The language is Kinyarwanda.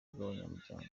n’abanyamuryango